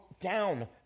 down